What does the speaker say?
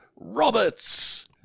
Roberts